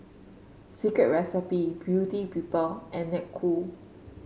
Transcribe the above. Secret Recipe Beauty People and Snek Ku